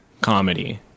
comedy